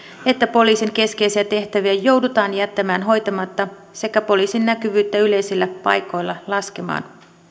että poliisin keskeisiä tehtäviä joudutaan jättämään hoitamatta sekä poliisin näkyvyyttä yleisillä paikoilla laskemaan